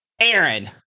Aaron